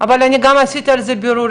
אבל אני גם עשיתי על זה בירורים,